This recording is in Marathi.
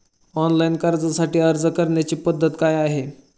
ऑनलाइन कर्जासाठी अर्ज करण्याची पद्धत काय आहे?